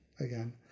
again